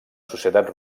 societat